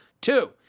Two